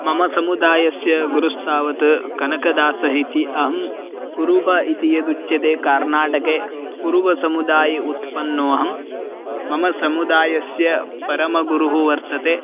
मम समुदायस्य गुरुस्तावत् कनकदासः इति अहं कुरुब इति यदुच्यते कर्नाटके कुरुबसमुदाये उत्पन्नोहं मम समुदायस्य परमगुरुः वर्तते